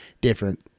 different